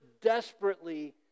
desperately